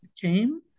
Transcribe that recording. came